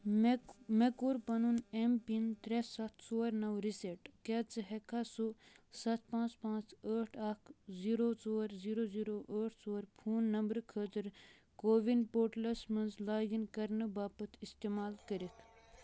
مےٚٚ مےٚ کوٚر پَنُن ایم پِن ترٛےٚ سَتھ ژور نو ریٖسیٚٹ کیٛاہ ژٕ ہیٚکہٕ کھا سُہ سَتھ پانژھ پانٛژھ ٲٹھ اکھ زیٖرو ژور زیٖرو زیٖرو ٲٹھ ژور فون نمبرٕ خٲطرٕ کووِن پورٹلس مَنٛز لاگ اِن کرنہٕ باپتھ استعمال کٔرِتھ